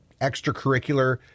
extracurricular